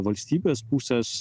valstybės pusės